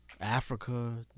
Africa